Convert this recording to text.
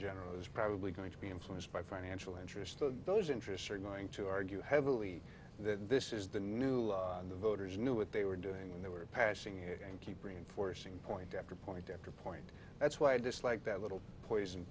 general is probably going to be influenced by financial interest to those interests are going to argue heavily that this is the new voters knew what they were doing when they were passing it and keep reinforcing point after point after point that's why i dislike that little poison